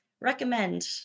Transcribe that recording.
recommend